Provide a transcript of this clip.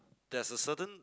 there's a certain